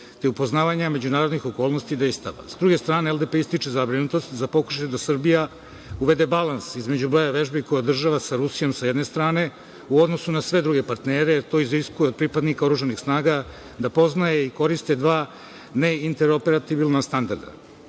te upoznavanja međunarodnih okolnosti i dejstava. Sa druge strane, LDP ističe zabrinutost za pokušajem da Srbija uvede balans između broja vežbi koje održava sa Rusijom sa jedne strane u odnosu na sve druge partnere i to iziskuje od pripadnika oružanih snaga da poznaju i koriste dva neineroperativna standarda.